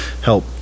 help